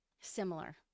similar